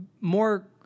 more